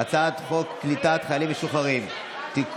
כעת על הצעת חוק קליטת חיילים משוחררים (תיקון,